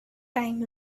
time